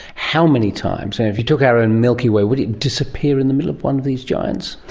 how many times? if you took our own milky way, would it disappear in the middle of one of these giants?